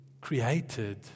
created